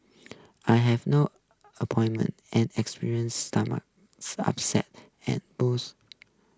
I have no appointment and experienced stomach upsets and booths